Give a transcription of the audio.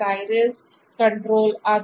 iris आदि